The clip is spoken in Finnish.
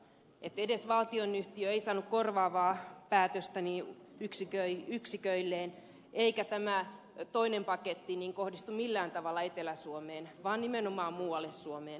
edes valtionyhtiö ei saanut korvaavaa päätöstä yksiköilleen eikä tämä toinen paketti kohdistu millään tavalla etelä suomeen vaan nimenomaan muualle suomeen